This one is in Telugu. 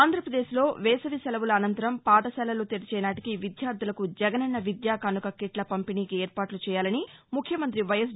ఆంధ్రాపదేశ్లో వేసవి సెలవుల అనంతరం పాఠశాలలు తెరిచే నాటికి విద్యార్శులకు జగనన్న విద్యాకానుక కిట్ల పంపిణీకి ఏర్పాట్లు చేయాలని ముఖ్యమంతి వైఎస్